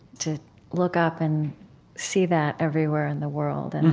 to look up and see that everywhere in the world? and